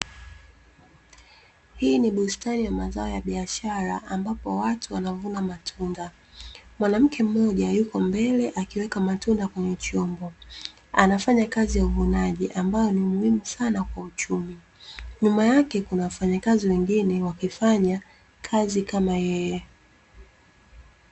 Hii ni bustani ya mazao ya biashara ambapo watu wanavuna matunda. Mwanamke mmoja yuko mbele akiweka matunda kwenye chombo. Anafanya kazi ya uvunaji ambayo ni muhimu sana kwa uchumi. Nyuma yake kuna wafanyakazi wengine wakifanya kazi kama yeye.